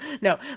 No